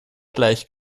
gleich